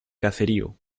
caserío